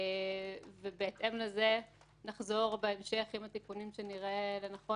ובהתאם לזה נחזור בהמשך עם התיקונים שנראה לנכון,